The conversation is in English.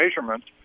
measurements